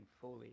fully